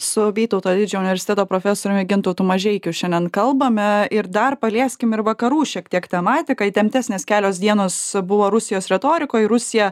su vytauto didžiojo universiteto profesoriumi gintautu mažeikiu šiandien kalbame ir dar palieskim ir vakarų šiek tiek tematiką įtemptesnės kelios dienos buvo rusijos retorikoj rusija